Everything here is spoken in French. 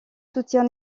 soutiens